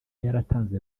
yaratanze